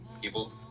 people